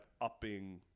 upping